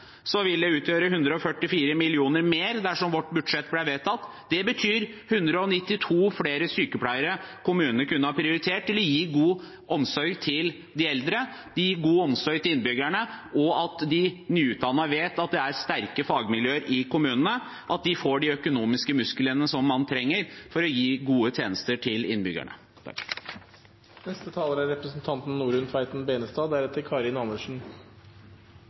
vil det utgjøre 144 mill. kr mer dersom vårt budsjett ble vedtatt. Det betyr 192 flere sykepleiere som kommunene kunne ha prioritert til å gi god omsorg til de eldre, gi god omsorg til innbyggerne og sørge for at de nyutdannede vet at det er sterke fagmiljøer i kommunene – at de får de økonomiske musklene som man trenger for å gi gode tjenester til innbyggerne.